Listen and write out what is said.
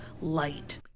light